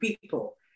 people